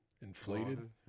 inflated